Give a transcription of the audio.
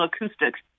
acoustics